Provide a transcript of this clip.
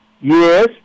Yes